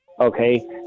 Okay